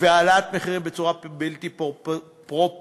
והעלאת מחירים בצורה בלתי פרופורציונלית.